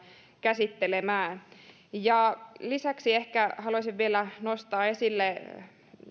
käsittelemään lisäksi ehkä haluaisin vielä nostaa esille